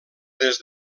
des